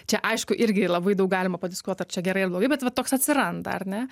čia aišku irgi labai daug galima padiskutuot ar čia gerai ar blogai bet va toks atsiranda ar ne